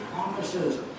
promises